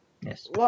yes